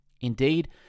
Indeed